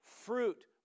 fruit